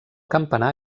campanar